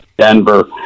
denver